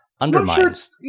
undermines